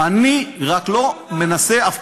רק לו מותר.